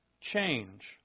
change